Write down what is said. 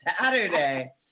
Saturday